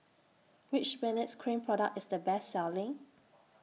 Which Benzac Cream Product IS The Best Selling